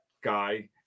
guy